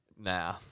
Nah